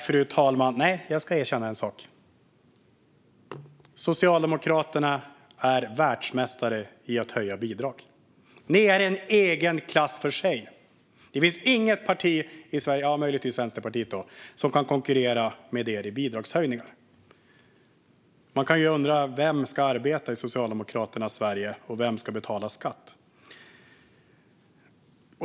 Fru talman! Jag ska erkänna en sak. Socialdemokraterna är världsmästare i att höja bidrag. Ni är i en klass för sig, Eva Nordmark. Det finns inget parti i Sverige - möjligtvis Vänsterpartiet - som kan konkurrera med er när det gäller bidragshöjningar. Man kan undra vem i Socialdemokraternas Sverige som ska arbeta och vem som ska betala skatt.